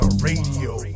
Radio